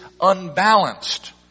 unbalanced